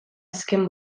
azken